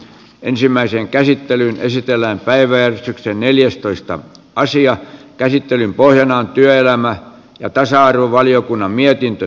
ensimmäiseen käsittelyyn esitellään päivä neljästoista asian käsittelyn pohjana on työelämä ja tasa arvovaliokunnan mietintö